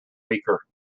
weaker